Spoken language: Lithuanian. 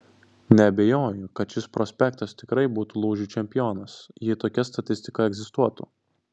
neabejoju kad šis prospektas tikrai būtų lūžių čempionas jei tokia statistika egzistuotų